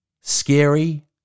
scary